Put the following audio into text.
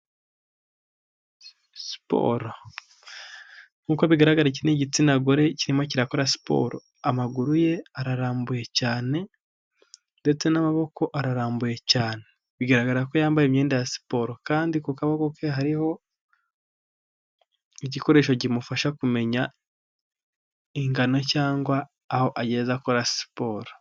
Siporo nkuko bigaragara iki ni igitsina gore kirimo kirakora siporo, amaguru ye ararambuye cyane ndetse n'amaboko ararambuye cyane bigaragara ko yambaye imyenda ya siporo kandi ku kaboko ke hariho igikoresho kimufasha kumenya ingano cyangwa aho ageze akora siporo.